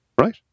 Right